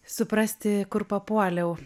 suprasti kur papuoliau